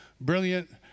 brilliant